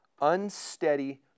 unsteady